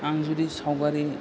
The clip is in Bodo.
आं जुदि सावगारि